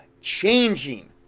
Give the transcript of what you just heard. changing